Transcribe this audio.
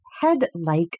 head-like